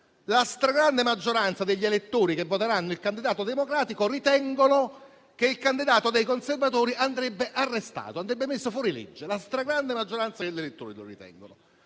La stragrande maggioranza degli elettori che voteranno il candidato democratico ritengono che il candidato dei conservatori andrebbe arrestato e messo fuorilegge. La stragrande maggioranza degli elettori che voteranno